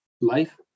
life